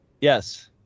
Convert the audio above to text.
Yes